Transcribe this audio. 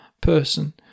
person